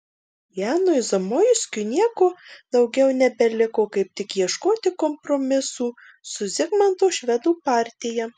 janui zamoiskiui nieko daugiau nebeliko kaip tik ieškoti kompromisų su zigmanto švedų partija